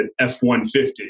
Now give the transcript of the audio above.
F-150